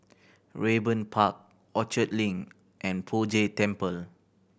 Raeburn Park Orchard Link and Poh Jay Temple